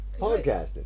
Podcasting